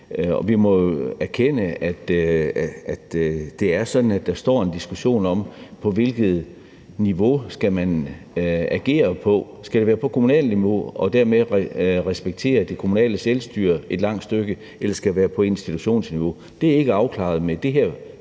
at det er sådan, at der står en diskussion om, hvilket niveau man skal agere på. Skal det være på kommunalt niveau og dermed med respekt for det kommunale selvstyre et langt stykke, eller skal det være på institutionsniveau? Det er ikke afklaret med det her